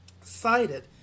cited